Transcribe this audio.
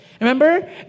Remember